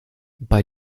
bei